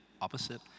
opposite